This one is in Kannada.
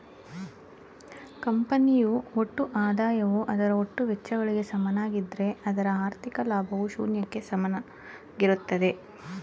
ಕಂಪನಿಯು ಒಟ್ಟು ಆದಾಯವು ಅದರ ಒಟ್ಟು ವೆಚ್ಚಗಳಿಗೆ ಸಮನಾಗಿದ್ದ್ರೆ ಅದರ ಹಾಥಿ೯ಕ ಲಾಭವು ಶೂನ್ಯಕ್ಕೆ ಸಮನಾಗಿರುತ್ತದೆ